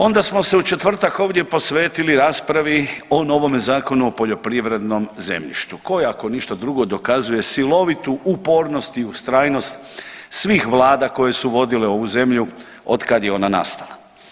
Onda smo se u četvrtak ovdje posvetili raspravi o novome Zakonu o poljoprivrednom zemljištu koji ako ništa drugo dokazuje silovitu upornost i ustrajnost svih vlada koje su vodile ovu zemlju otkad je ona nastala.